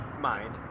mind